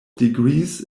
degrees